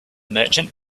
merchant